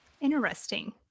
Interesting